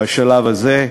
בשלב הזה,